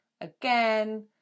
again